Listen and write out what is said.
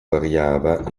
variava